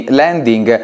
landing